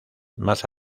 más